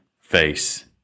face